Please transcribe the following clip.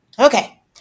Okay